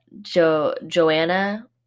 Joanna